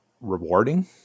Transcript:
rewarding